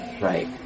Right